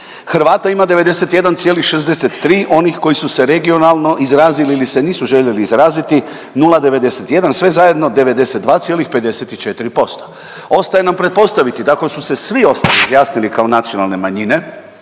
Hrvata ima 91,63 onih koji su se regionalno izrazili ili se nisu željeli izraziti 0,91 sve zajedno 92,54%. Ostaje nam pretpostaviti da ako su se svi ostali izjasnili kao nacionalne manjine